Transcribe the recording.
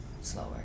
slower